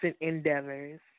endeavors